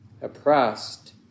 oppressed